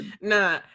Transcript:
No